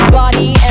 body